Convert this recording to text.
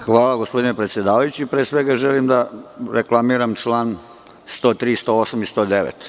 Hvala gospodine predsedavajući, pre svega želim da reklamiram član 103, 108. i 109.